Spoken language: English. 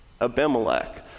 Abimelech